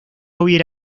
hubiera